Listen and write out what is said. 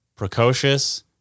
Precocious